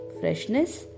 freshness